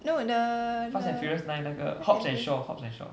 no the the what's the name